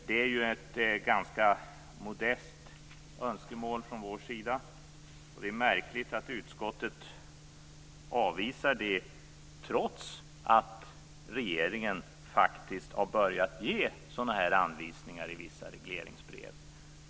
Det är ett ganska modest önskemål från vår sida. Det är märkligt att utskottet avvisar det, trots att regeringen faktiskt har börjat ge sådana anvisningar i vissa regleringsbrev.